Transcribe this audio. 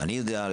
אני יודע,